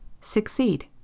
succeed